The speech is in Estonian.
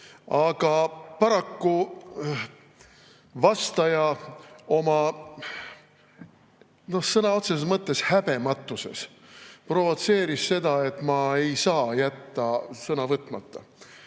Aga paraku vastaja oma sõna otseses mõttes häbematuses provotseeris ja ma ei saa jätta sõna võtmata. Aasta